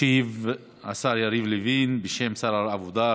ישיב השר יריב לוין בשם שר העבודה,